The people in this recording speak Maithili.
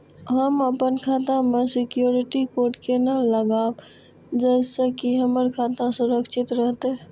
हम अपन खाता में सिक्युरिटी कोड केना लगाव जैसे के हमर खाता सुरक्षित रहैत?